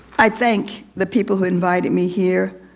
i think the people who invited me here,